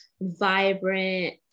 vibrant